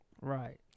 Right